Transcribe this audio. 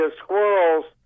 squirrels